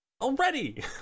already